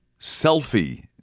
Selfie